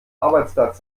arbeitsplatz